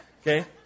Okay